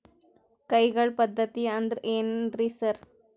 ಕೈಗಾಳ್ ಪದ್ಧತಿ ಅಂದ್ರ್ ಏನ್ರಿ ಸರ್?